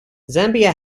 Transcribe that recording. zambia